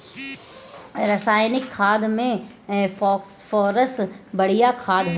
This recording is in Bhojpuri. रासायनिक खाद में फॉस्फोरस बढ़िया खाद होला